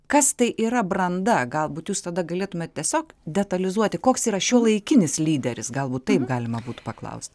kas tai yra branda galbūt jūs tada galėtumėt tiesiog detalizuoti koks yra šiuolaikinis lyderis galbūt taip galima būtų paklaust